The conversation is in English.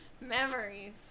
Memories